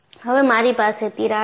હવે મારી પાસે તિરાડ છે